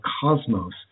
cosmos